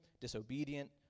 disobedient